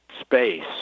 Space